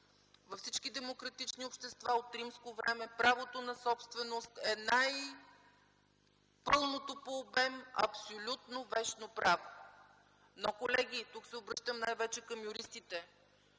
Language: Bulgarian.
във всички демократични общества от римско време правото на собственост е най-пълното по обем, абсолютно вещно право. Но, колеги – тук се обръщам най-вече към юристите,